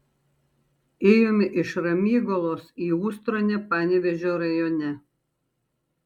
ėjome iš ramygalos į ustronę panevėžio rajone